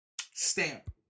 stamp